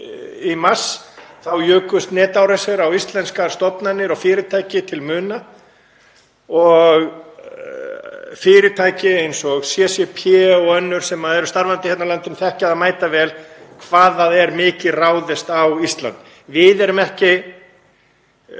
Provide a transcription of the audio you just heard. í mars jukust netárásir á íslenskar stofnanir og fyrirtæki til muna og fyrirtæki eins og CCP og önnur sem eru starfandi á landinu þekkja mætavel hversu mikið er ráðist á Ísland. Við erum ekki